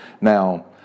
Now